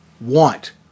want